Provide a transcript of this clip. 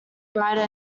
brighter